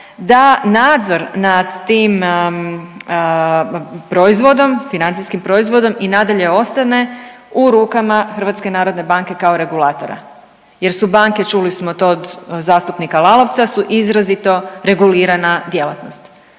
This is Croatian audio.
da nadzor nad tim proizvodom, financijskim proizvodom i nadalje ostane u rukama HNB-a kao regulatora jer su banke, čuli smo to od zastupnika Lalovca su izrazito regulirana djelatnost.